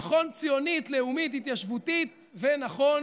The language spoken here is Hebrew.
זה נכון ציונית-לאומית-התיישבותית ונכון